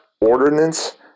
ordinance